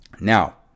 Now